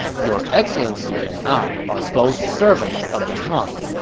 your excellency and i are both servants of the han.